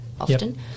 often